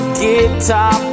guitar